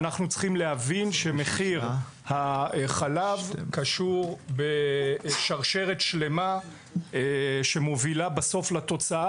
אנחנו צריכים להבין שמחיר החלב קשור בשרשרת שלמה שמובילה בסוף לתוצאה,